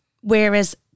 Whereas